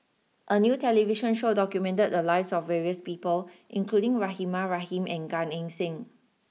a new television show documented the lives of various people including Rahimah Rahim and Gan Eng Seng